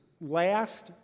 last